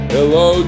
Hello